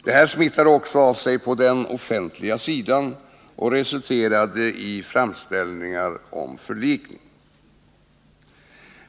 Detta smittade också av sig på den offentliga sidan och resulterade i framställningar om förlikning.